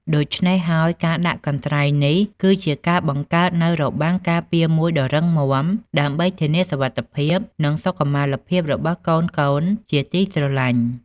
ដូច្នេះហើយ ការដាក់កន្ត្រៃនេះគឺជាការបង្កើតនូវរបាំងការពារមួយដ៏រឹងមាំ ដើម្បីធានាសុវត្ថិភាព និងសុខុមាលភាពរបស់កូនៗជាទីស្រឡាញ់។